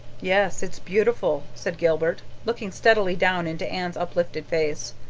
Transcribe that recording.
yes, it's beautiful, said gilbert, looking steadily down into anne's uplifted face,